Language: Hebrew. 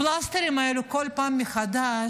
הפלסטרים האלה כל פעם מחדש,